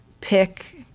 pick